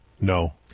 No